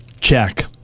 Check